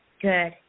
Good